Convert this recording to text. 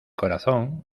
corazón